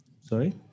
Sorry